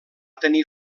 tenir